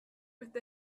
with